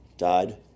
died